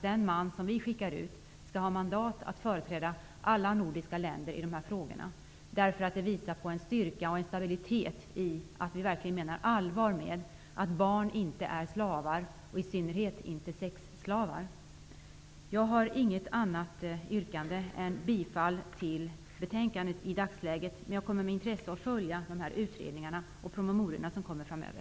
Den man som vi skickar ut skall ha mandat att företräda alla nordiska länder i de här frågorna. Det visar på en styrka och en stabilitet, att vi verkligen menar allvar med att barn inte är slavar, i synnerhet inte sexslavar. Jag har inget annat yrkande i dagsläget än bifall till utskottets hemställan. Men jag kommer att med intresse följa de utredningar och promemorior som kommer framöver.